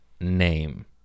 name